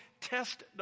test